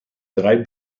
drei